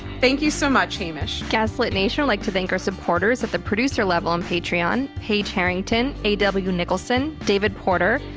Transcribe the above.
thank you so much, hamish. gaslit nation would like to think our supporters at the producer level on patreon paige harrington, a. w. nicholson, david porter,